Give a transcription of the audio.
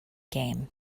game